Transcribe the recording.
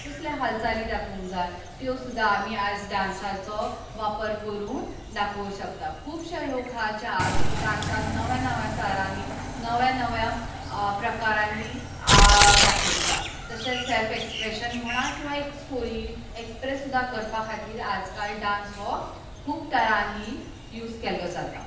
कसल्यो हालचाली दाखोवंक जाय त्यो सुद्दा आमी आयज डांसाचो वापर करून दाखोवंक शकता खुबशे लोक हा जे आज डांसाक नव्या नव्या तरांनी नव्या नव्या प्रकारांनी दाखयता तशेंच सेल्फ एक्स्प्रेशन म्हणा किंवां एक एक्स्प्रेस सुद्दा करपा खातीर आजकाल डांस हो खूब तरांनी यूज केल्लो जाता